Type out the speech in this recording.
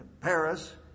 Paris